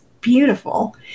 beautiful